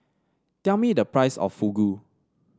tell me the price of Fugu